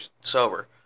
sober